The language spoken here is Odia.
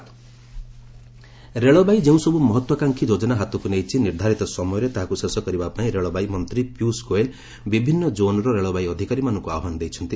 ଗୋୟଲ୍ ରେଲଓ୍ୱେ ମିନିଷ୍ଟ୍ରି ରେଳବାଇ ଯେଉଁସବୁ ମହତ୍ୱାକାଂକ୍ଷି ଯୋଜନା ହାତକୁ ନେଇଛି ନିର୍ଦ୍ଧାରିତ ସମୟରେ ତାହାକୁ ଶେଷ କରିବା ପାଇଁ ରେଳବାଇ ମନ୍ତ୍ରୀ ପୀୟୁଷ ଗୋୟଲ୍ ବିଭିନ୍ନ ଜୋନ୍ର ରେଳବାଇ ଅଧିକାରୀମାନଙ୍କୁ ଆହ୍ପାନ ଦେଇଛନ୍ତି